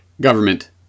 Government